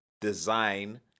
design